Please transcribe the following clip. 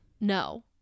no